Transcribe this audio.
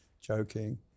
joking